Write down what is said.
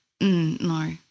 No